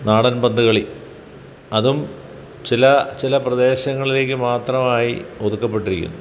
നാടൻ പന്ത് കളി അതും ചില ചില പ്രദേശങ്ങളിലേക്ക് മാത്രമായി ഒതുക്കപ്പെട്ടിരിക്കുന്നു